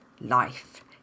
life